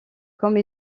comme